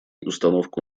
установку